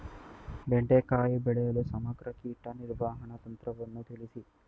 ಬೆಂಡೆಕಾಯಿ ಬೆಳೆಯಲ್ಲಿ ಸಮಗ್ರ ಕೀಟ ನಿರ್ವಹಣೆ ತಂತ್ರವನ್ನು ತಿಳಿಸಿ?